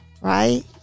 right